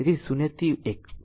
તેથી 0 થી 1